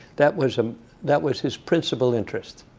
that was ah that was his principal interest.